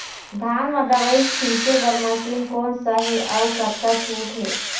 धान म दवई छींचे बर मशीन कोन सा हे अउ कतका छूट हे?